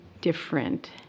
different